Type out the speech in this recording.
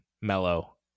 mellow